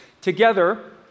Together